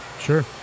sure